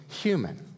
human